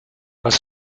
was